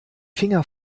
finger